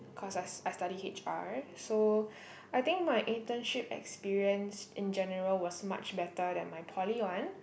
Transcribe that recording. cause I I study h_r so I think my internship experience in general was much better than my Poly one